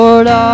Lord